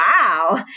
wow